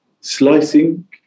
slicing